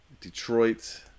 Detroit